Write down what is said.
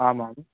आमां